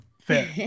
Fair